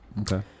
okay